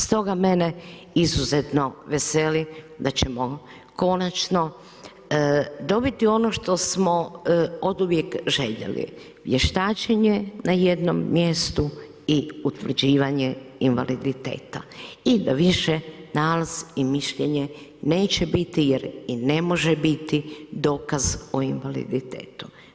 Stoga mene izuzetno veseli da ćemo konačno dobiti ono što smo oduvijek željeli, vještačenje na jednom mjestu i utvrđivanje invaliditeta i da više nalaz i mišljenje neće biti jer i ne može biti dokaz o invaliditetu.